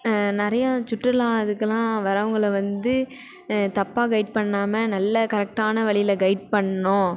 நிறையா சுற்றுலா இதுக்கெல்லாம் வரவங்களை வந்து தப்பாக கெய்ட் பண்ணாமல் நல்ல கரெக்டான வழியில் கெய்ட் பண்ணோம்